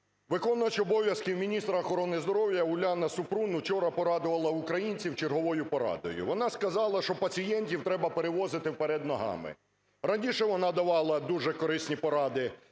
виконувач обов'язків міністра охорони здоров'я Уляна Супрун вчора порадувала українців черговою порадою: вона сказала, що пацієнтів треба перевозити вперед ногами. Раніше вона давала дуже корисні поради: перед